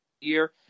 year